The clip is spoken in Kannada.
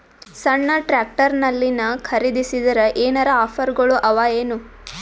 ಸಣ್ಣ ಟ್ರ್ಯಾಕ್ಟರ್ನಲ್ಲಿನ ಖರದಿಸಿದರ ಏನರ ಆಫರ್ ಗಳು ಅವಾಯೇನು?